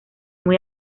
muy